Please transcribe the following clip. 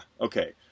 Okay